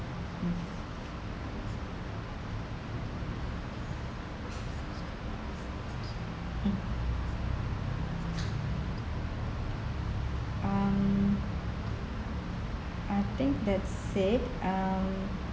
hmm hmm um I think that's it um